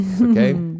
Okay